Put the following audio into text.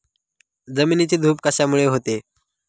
जमिनीची धूप कशामुळे होते?